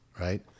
right